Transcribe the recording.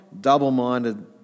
double-minded